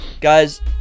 guys